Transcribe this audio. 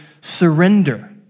surrender